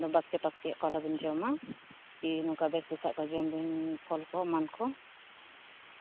ᱫᱚ ᱵᱟᱥᱠᱮᱼᱛᱟᱥᱠᱮᱭᱟᱜ ᱠᱚ ᱟᱞᱚᱵᱤᱱ ᱡᱚᱢᱟ ᱠᱤ ᱱᱚᱝᱠᱟ ᱵᱮᱥ ᱵᱮᱥᱟᱜ ᱠᱚ ᱡᱚᱢ ᱵᱤᱱ ᱯᱷᱚᱞ ᱠᱚ ᱮᱢᱟᱱ ᱠᱚ